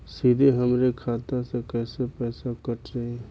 सीधे हमरे खाता से कैसे पईसा कट जाई?